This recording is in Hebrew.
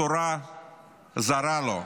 התורה זרה לו,